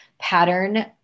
pattern